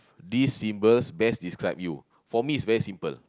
these symbols best describe you for me is very simple